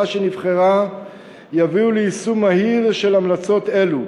שנבחרה יביאו ליישום מהיר של המלצות אלו.